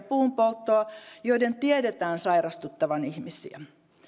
puunpolttoa joiden tiedetään sairastuttavan ihmisiä